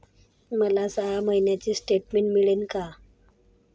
मला सहा महिन्यांचे स्टेटमेंट मिळेल का?